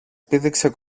πήδηξε